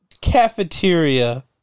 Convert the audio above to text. cafeteria